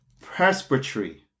presbytery